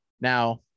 Now